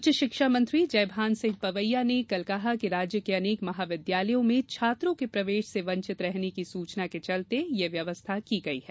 उच्च शिक्षा मंत्री जयभान सिंह पवैया ने कल कहा कि राज्य के अनेक महाविद्यालयों में छात्रों के प्रवेश से वंचित रहने की सूचना के चलते यह व्यवस्था की गयी है